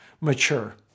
mature